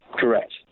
correct